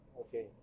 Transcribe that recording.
okay